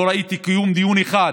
לא ראיתי כלום, דיון אחד